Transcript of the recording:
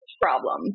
problem